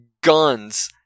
guns